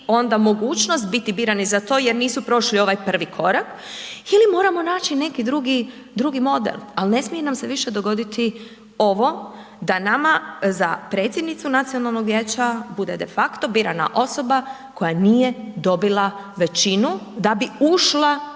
onda mogućnost biti birani za to jer nisu prošli ovaj prvi korak ili moramo naći neki drugi model ali ne smije nam se više dogoditi ovo da nama za predsjednicu nacionalnog vijeća bude de facto birana osoba koja nije dobila većinu da bi ušla